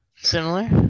similar